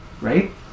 Right